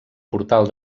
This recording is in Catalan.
portal